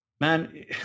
man